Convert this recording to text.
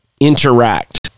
interact